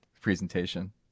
presentation